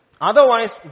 Otherwise